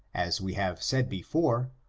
as we have said before,